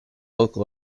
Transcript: local